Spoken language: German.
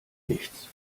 nichts